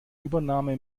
übernahme